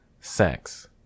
sex